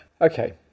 okay